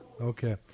Okay